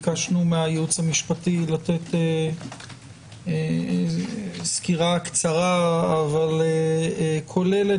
ביקשנו מהייעוץ המשפטי לתת סקירה קצרה אך כוללת